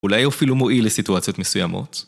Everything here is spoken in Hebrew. אולי הוא אפילו מועיל לסיטואציות מסוימות.